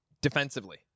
Defensively